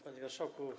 Panie Marszałku!